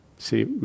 See